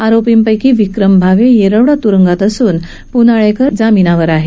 आरोपींपैकी विक्रम भावे येरवडा त्रुंगात असून संजीव प्नाळेकर जामीनावर आहे